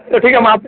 अच्छा ठीक हम आते